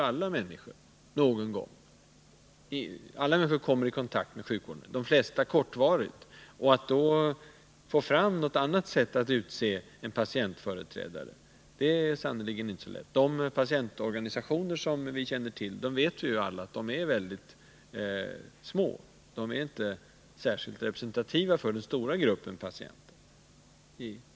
Alla människor är ju patienter någon gång — de flesta kortvarigt. Att då få fram något annat sätt att utse patientföreträdare är sannerligen inte lätt. De patientorganisationer som vi känner är små och inte särskilt representativa för den stora gruppen patienter.